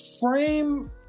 frame